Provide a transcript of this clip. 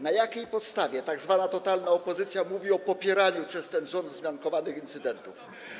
Na jakiej podstawie tzw. totalna opozycja mówi o popieraniu przez ten rząd wzmiankowanych incydentów?